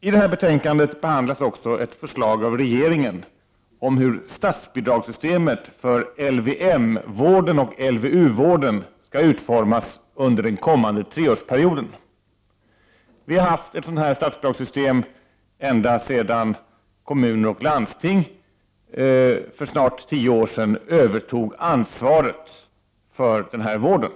I detta betänkande behandlas också ett förslag av regeringen om hur statsbidragssystemet för LVM och LVU-vården skall utformas under den kommande treårsperioden. Vi har haft ett sådant statsbidragssystem ända sedan kommuner och landsting för snart tio år sedan övertog ansvaret för den här vården.